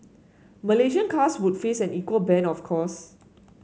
Malaysian cars would face an equal ban of course